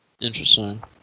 Interesting